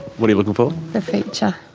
what are you looking for? the feature.